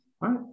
right